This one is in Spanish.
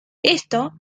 esto